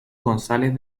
gonzález